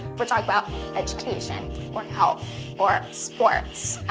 but talk about education or health or sports.